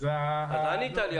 ענית לי.